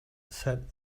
said